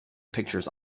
pictures